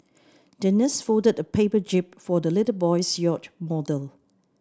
the nurse folded a paper jib for the little boy's yacht model